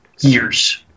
years